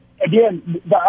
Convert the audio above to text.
again